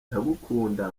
ndagukunda